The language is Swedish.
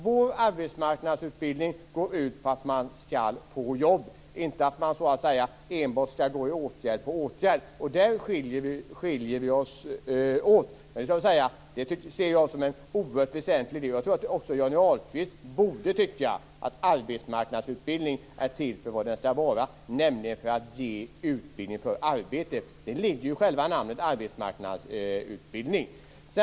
Vår arbetsmarknadsutbildning går ut på att man skall få jobb, inte att man enbart skall gå i åtgärd på åtgärd. Där skiljer vi oss åt. Det ser jag som en oerhört väsentlig del. Även Johnny Ahlqvist borde tycka att arbetsmarknadsutbildning är till för att ge utbildning för arbete. Det ligger ju i själva namnet arbetsmarknadsutbildning.